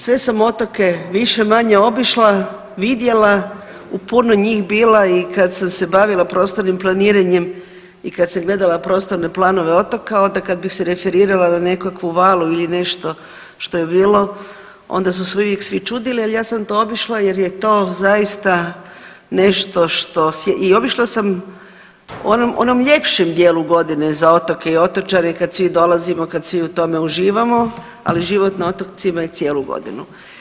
Sve sam otoke više-manje obišla, vidjela u puno njih bila i kad sam se bavila prostornim planiranjem i kad sam gledala prostorne planove otoka onda kad bi se referirala na nekakvu valu ili nešto što je bilo onda su se uvijek svi čudili, ali ja sam to obišla jer je to zaista nešto što i obišla sam u onom, onom ljepšem dijelu godine za otoke i otočane kad svi dolazimo, kad svi u tome uživamo, ali život na otocima je cijelu godinu.